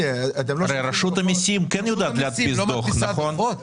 רשות המיסים כן יודעת להדפיס דוח, נכון?